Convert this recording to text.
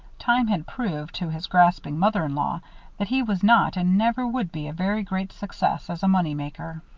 time had proved to his grasping mother-in-law that he was not and never would be a very great success as a money-maker.